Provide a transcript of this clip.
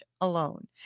alone